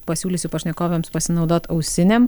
pasiūlysiu pašnekovėms pasinaudot ausinėm